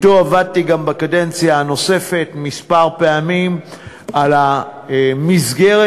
ואתו עבדתי גם בקדנציה הנוספת כמה פעמים על המסגרת,